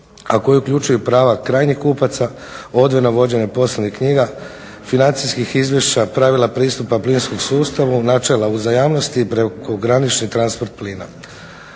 a koji uključuje i prava krajnjih kupaca, odvojena vođenja poslovnih knjiga, financijskih izvješća, pravila pristupa plinskom sustavu, načela uzajamnosti i prekogranični transport plina.